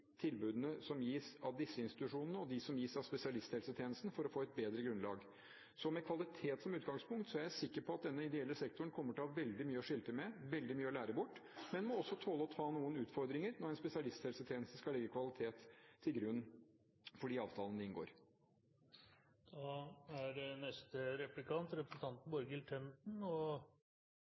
tilbudene som gis av disse institusjonene, og de som gis av spesialisthelsetjenesten, for å få et bedre grunnlag. Så med kvalitet som utgangspunkt er jeg sikker på at denne ideelle sektoren kommer til å ha veldig mye å skilte med, veldig mye å lære bort, men må også tåle å ta noen utfordringer når en spesialisthelsetjeneste skal legge kvalitet til grunn for de avtalene en inngår. Da er neste replikant representanten Borghild